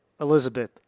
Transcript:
Elizabeth